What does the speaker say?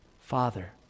Father